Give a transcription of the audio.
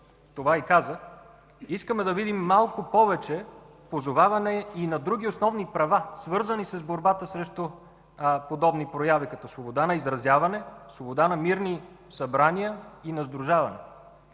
това и казах – искаме да видим малко повече позоваване и на други основни права, свързани с борбата срещу подобни прояви като свобода на изразяване, свобода на мирни събрания и на сдружаване.